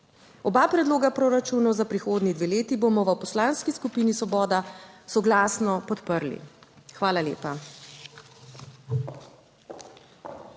Oba predloga proračunov za prihodnji dve leti bomo v Poslanski skupini Svoboda soglasno podprli. Hvala lepa.